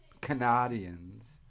Canadians